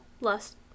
lust